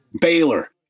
Baylor